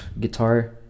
guitar